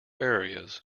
areas